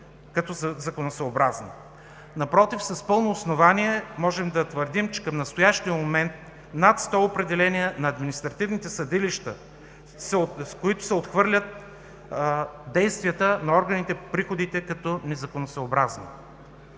като законосъобразни. Напротив, с пълно основание можем да твърдим, че към настоящия момент има над 100 определения на административните съдилища, в които се отхвърлят действията на органите по приходите като незаконосъобразни.